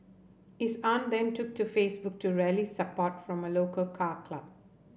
his aunt then took to Facebook to rally support from a local car club